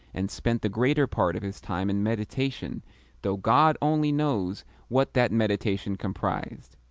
and spent the greater part of his time in meditation though god only knows what that meditation comprised!